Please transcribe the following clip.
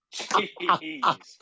Jeez